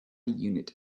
unit